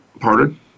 Pardon